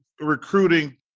recruiting